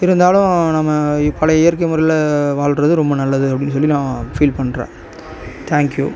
இருந்தாலும் நம்ம பழைய இயற்கை முறையில வாழ்றது ரொம்ப நல்லது அப்படின்னு சொல்லி நான் ஃபீல் பண்ணுறேன் தேங்க் யூ